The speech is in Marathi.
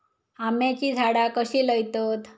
आम्याची झाडा कशी लयतत?